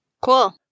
Cool